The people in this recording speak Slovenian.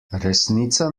resnica